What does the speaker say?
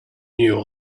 new